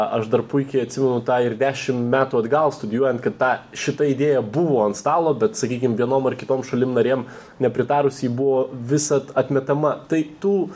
aš dar puikiai atsimenu tą ir dešim metų atgal studijuojant kad ta šita idėja buvo ant stalo bet sakykim vienom ar kitom šalims narėm nepritarus ji buvo visad atmetama tai tų